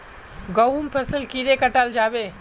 गहुम फसल कीड़े कटाल जाबे?